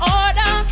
order